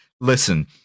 Listen